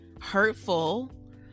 hurtful